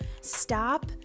stop